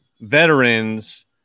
veterans